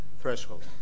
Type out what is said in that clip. threshold